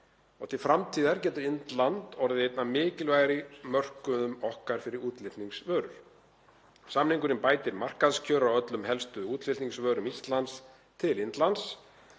Til framtíðar getur Indland orðið einn af mikilvægari mörkuðum okkar fyrir útflutningsvörur. Samningurinn bætir markaðskjör á öllum helstu útflutningsvörum Íslands til Indlands